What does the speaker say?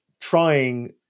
trying